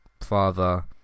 father